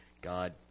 God